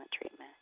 treatment